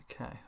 Okay